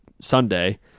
sunday